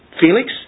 Felix